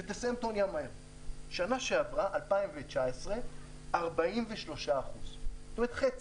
בשנה שעברה, 2019, זה היה 43%. חצי.